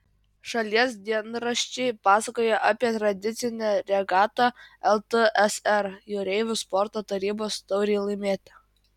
šalies dienraščiai pasakojo apie tradicinę regatą ltsr jūreivių sporto tarybos taurei laimėti